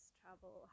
travel